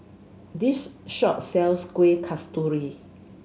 this shop sells Kueh Kasturi